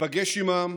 ניפגש עימם,